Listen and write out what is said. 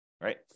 right